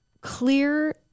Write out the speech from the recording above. clear